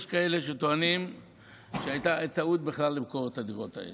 יש כאלה שטוענים שהייתה טעות בכלל למכור את הדירות האלה.